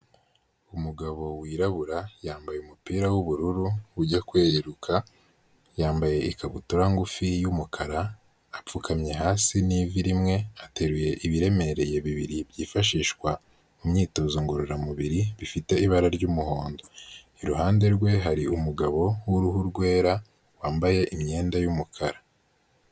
Umugabo wirabura yambaye umupira w'ubururu ujya kwiruka, yambaye ikabutura ngufi y'umukara, apfukamye hasi n'ivi rimwe, ateruye ibiremereye bibiri byifashishwa mu myitozo ngororamubiri bifite ibara ry'umuhondo, iruhande rwe hari umugabo w'uruhu rwera wambaye imyenda y'umukara.